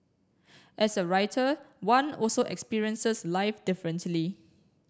as a writer one also experiences life differently